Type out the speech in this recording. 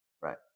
Right